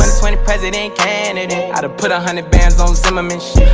twenty president candidate i done put a hundred bands on zimmerman, sh